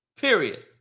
Period